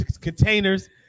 containers